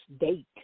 date